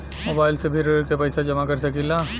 Mobile से भी ऋण के पैसा जमा कर सकी ला?